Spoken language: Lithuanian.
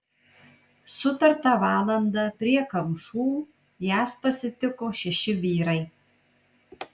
sutartą valandą prie kamšų jas pasitiko šeši vyrai